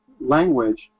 language